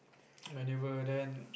whenever then